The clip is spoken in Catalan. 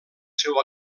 seu